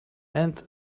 and